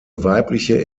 weibliche